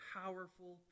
powerful